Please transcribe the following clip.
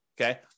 okay